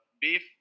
beef